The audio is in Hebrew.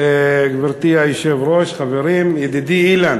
גברתי היושבת-ראש, חברים, ידידי אילן,